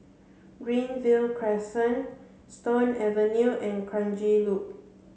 Greenview Crescent Stone Avenue and Kranji Loop